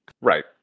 Right